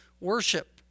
worship